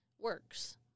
works